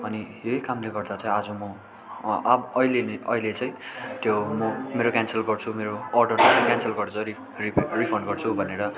अनि यही कामले गर्दा चाहिँ आज म अप अहिले नै अहिले चाहिँ त्यो म मेरो क्यासल गर्छु मेरो अर्डर क्यान्सल गर्छु रि रि रिफन्ड गर्छु भनेर